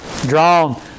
drawn